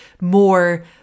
more